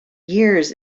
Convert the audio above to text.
years